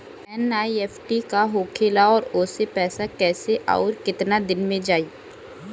NEFT का होखेला और ओसे पैसा कैसे आउर केतना दिन मे जायी?